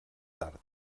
tard